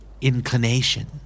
Inclination